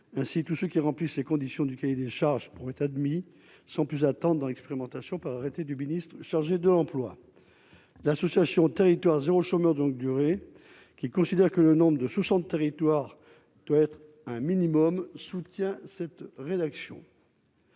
ainsi, tous ceux qui remplissent les conditions du cahier des charges pour être admis sans plus, attendent dans l'expérimentation par arrêté du ministre chargé de l'emploi, l'association Territoires zéro chômeur donc duré, qui considère que le nombre de sous son territoire doit être un minimum, soutient cette rédaction.